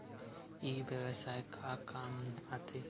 ई व्यवसाय का काम आथे?